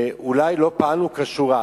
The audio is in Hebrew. ואולי לא פעלנו כשורה,